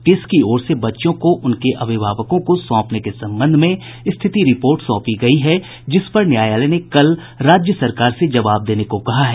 TISS की ओर से बच्चियों को उनके अभिभावकों को सौंपने के संबंध में स्थिति रिपोर्ट सौंपी गयी है जिस पर न्यायालय ने कल राज्य सरकार से जवाब देने को कहा है